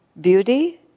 Beauty